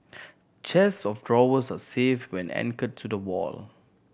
chests of drawers are safe when anchored to the wall